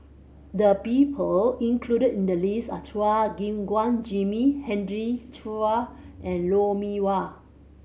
the people included in the list are Chua Gim Guan Jimmy Henry Chia and Lou Mee Wah